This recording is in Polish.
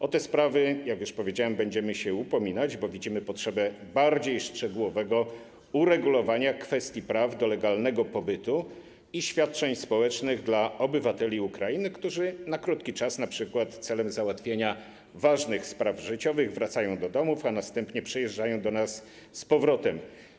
O te sprawy, jak już powiedziałem, będziemy się upominać, bo widzimy potrzebę bardziej szczegółowego uregulowania kwestii pozyskiwania praw do legalnego pobytu i świadczeń społecznych dla obywateli Ukrainy, którzy na krótki czas, np. celem załatwienia spraw życiowych, wracają do domów, a następnie przyjeżdżają do nas z powrotem.